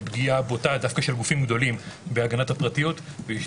בפגיעה בוטה דווקא של גופים גדולים בהגנת הפרטיות ויש